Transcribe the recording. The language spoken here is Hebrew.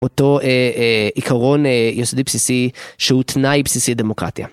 אותו עיקרון יסודי בסיסי שהוא תנאי בסיסי דמוקרטיה.